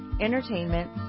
entertainment